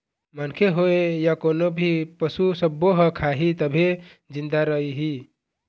मनखे होए य कोनो भी पसू सब्बो ह खाही तभे जिंदा रइही